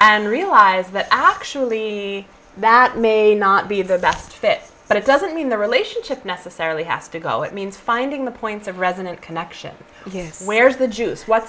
and realize that actually that may not be the best fit but it doesn't mean the relationship necessarily has to go it means finding the points of resonant connection where's the juice what's